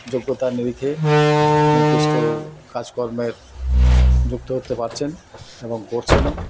যোগ্যতার নিরিখে নির্দিষ্ট কাজকর্মের যুক্ত হতে পাচ্ছেন এবং করছেনও